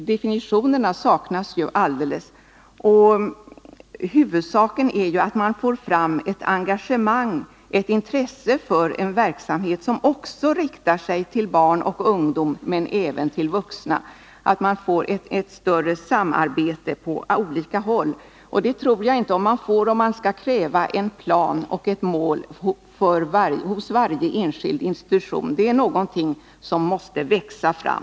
Definitionerna saknas ju alldeles. Huvudsaken är att man får fram ett engagemang, ett intresse för en verksamhet som riktar sig till barn och ungdom men även till vuxna, och att man får ett ökat samarbete på olika håll. Det tror jag inte att man får om man skall kräva en plan och ett mål hos varje enskild institution. Det är någonting som måste växa fram.